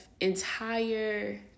entire